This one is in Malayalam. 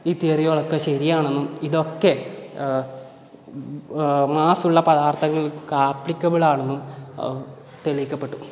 ഈ തിയറികളൊക്കെ ശരിയാണെന്നും ഇതൊക്കെ മാസ്സുള്ള പദാർഥങ്ങൾ ആപ്ലിക്കബിൾ ആണെന്നും തെളിയിക്കപ്പെട്ടു